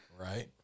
Right